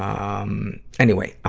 um. anyway!